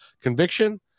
Conviction